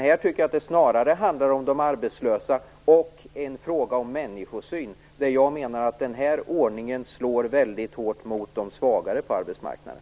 Här handlar det snarare om de arbetslösa samtidigt som det är en fråga om människosyn. Den här ordningen slår väldigt hårt mot de svagare på arbetsmarknaden.